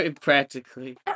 Practically